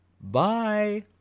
Bye